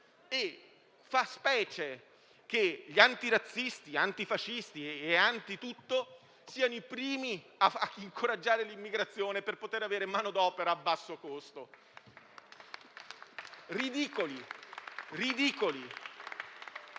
Fa specie che gli antirazzisti, gli antifascisti e i contrari a tutto siano i primi a incoraggiare l'immigrazione per poter avere manodopera a basso costo. Ridicoli!